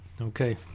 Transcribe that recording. Okay